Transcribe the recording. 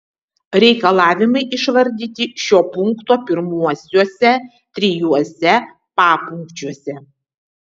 reikalavimai išvardyti šio punkto pirmuosiuose trijuose papunkčiuose